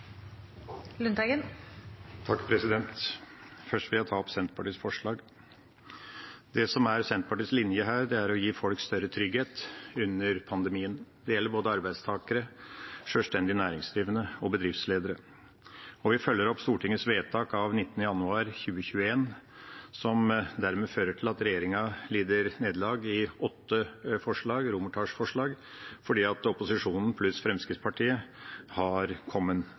Senterpartiets linje her, er å gi folk større trygghet under pandemien. Det gjelder både arbeidstakere, sjølstendig næringsdrivende og bedriftsledere. Vi følger opp Stortingets vedtak av 19. januar 2021, som dermed fører til at regjeringa lider nederlag i åtte romertallsforslag, fordi opposisjonen pluss Fremskrittspartiet har